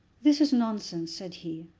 this is nonsense, said he,